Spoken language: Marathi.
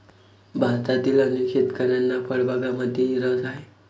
भारतातील अनेक शेतकऱ्यांना फळबागांमध्येही रस आहे